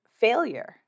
failure